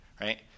right